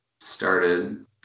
started